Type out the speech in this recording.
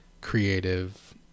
creative